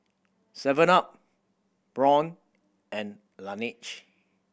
Seven up Braun and Laneige